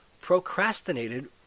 procrastinated